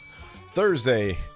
thursday